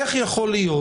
איך יכול להיות